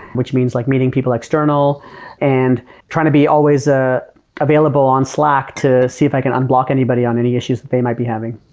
which means like meeting people external and trying to be always ah available on slack to see if i can unblock anybody on any issues that they might be having